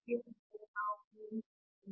ಈ ರೀತಿಯಲ್ಲಿ ನಾವು ಊಹಿಸುತ್ತೇವೆ